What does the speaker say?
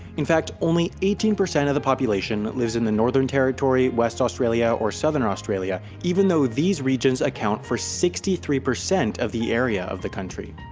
in fact, only eighteen percent of the population lives in the northern territory, west australia, or southern australia even though these regions account for sixty three percent of the area of the country.